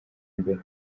imbere